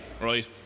right